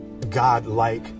God-like